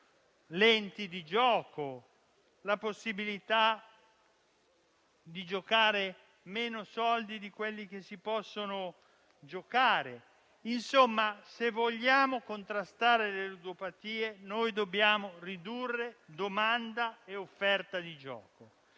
lenti di gioco, la possibilità di giocare somme di denaro inferiori a quelle che si possono giocare. Se vogliamo contrastare le ludopatie, dobbiamo ridurre domanda e offerta di gioco.